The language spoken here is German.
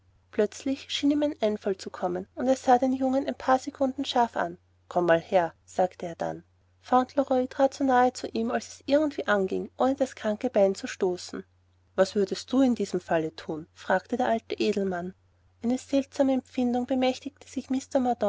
plötzlich schien ihm ein einfall zu kommen und er sah den jungen ein paar sekunden scharf an komm mal her sagte er dann fauntleroy trat so nahe zu ihm als es irgend anging ohne an das kranke bein zu stoßen was würdest du in diesem falle thun fragte der alte edelmann eine seltsame empfindung bemächtigte sich